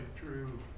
true